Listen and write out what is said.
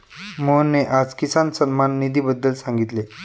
मोहनने आज किसान सन्मान निधीबद्दल सांगितले